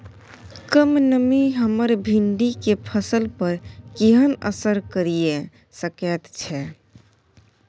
कम नमी हमर भिंडी के फसल पर केहन असर करिये सकेत छै?